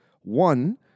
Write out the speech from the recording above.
one